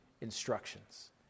instructions